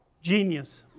genius